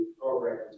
program